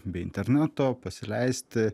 be interneto pasileisti